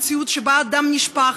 מציאות שבה דם נשפך,